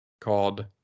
called